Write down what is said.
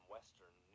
Western